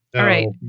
all right.